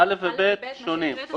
(א) ו-(ב) שונים.